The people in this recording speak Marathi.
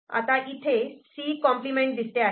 आता इथे C' दिसते आहे